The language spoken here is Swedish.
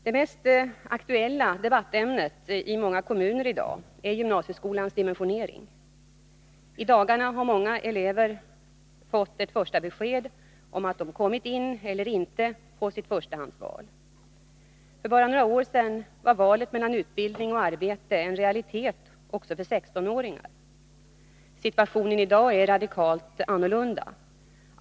Det mest aktuella debattämnet i många kommuner i dag är gymnasieskolans dimensionering. I dagarna har många elever fått ett första besked om de kommit in eller inte på sitt förstahands val. För bara några år sedan var valet mellan utbildning och arbete en realitet också för 16-åringar. Situationen i dag är radikalt annorlunda.